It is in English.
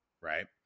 right